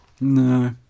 No